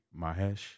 Mahesh